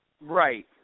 Right